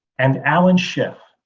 and allen schiff,